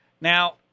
Now